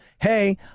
Hey